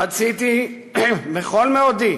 רציתי בכל מאודי